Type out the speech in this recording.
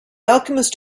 alchemist